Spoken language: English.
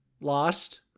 lost